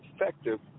effective